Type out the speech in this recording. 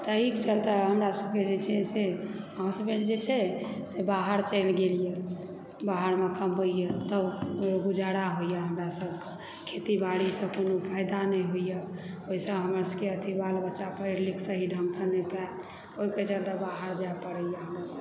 एहिके चलते हमरा सभकेँ जे छै से हसबैंड जे छै से बाहर चलि गेलए बाहरमे कमबैए तऽ गुजारा होइए हमरा सभकेँ खेती बाड़ीसँ कोनो फायदा नहि होइए ओहिसँ हमरा सभकेँ अथी बालबच्चा पढ़ि लिख सही ढ़ंगसँ नही पायत ओहिके चलते बाहर जाय पड़ैए